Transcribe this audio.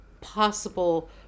possible